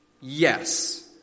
Yes